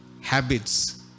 habits